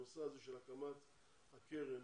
הנושא של הקמת הקרן,